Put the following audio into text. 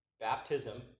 Baptism